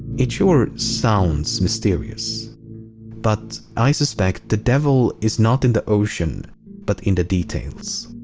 it sure sounds mysterious but i suspect the devil is not in the ocean but in the details.